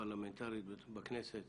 הפרלמנטרית בכנסת